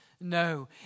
No